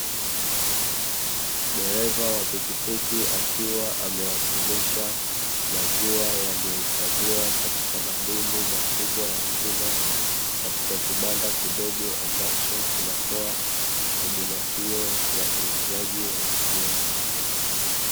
Dereva wa pikipiki, akiwa amewasilisha maziwa yaliyo hifadhiwa katika madumu makubwa ya chuma, katika kibanda kidogo ambacho kinatoa huduma hiyo ya uuzaji wa maziwa.